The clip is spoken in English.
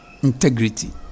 integrity